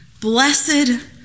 blessed